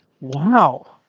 Wow